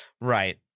Right